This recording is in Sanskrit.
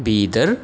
बीदर्